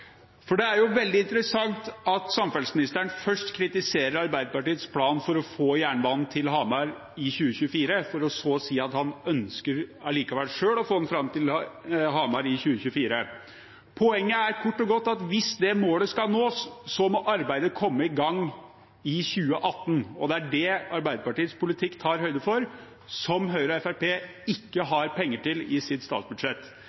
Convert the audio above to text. Det er veldig interessant at samferdselsministeren først kritiserer Arbeiderpartiets plan for å få jernbanen til Hamar i 2024, for så å si at han allikevel ønsker selv å få den fram til Hamar i 2024. Poenget er kort og godt at hvis det målet skal nås, må arbeidet komme i gang i 2018. Det er det Arbeiderpartiets politikk tar høyde for, som Høyre og Fremskrittspartiet ikke har penger til i sitt statsbudsjett.